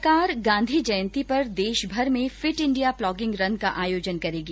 सरकार गांधी जयन्ती पर देशभर में फिट इंडिया प्लॉगिंग रन का आयोजन करेगी